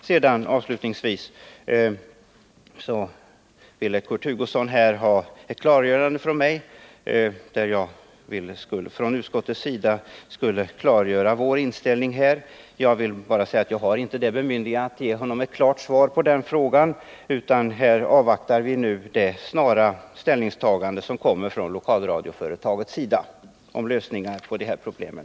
Sedan ville Kurt Hugosson att jag från utskottets sida skulle klargöra vår inställning. Jag vill bara säga att jag inte har bemyndigande att ge honom ytterligare svar, utöver vad utskottet sagt. Vi avvaktar nu det snara ställningstagande som kommer från lokalradioföretagets sida om en lösning på de här problemen.